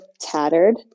tattered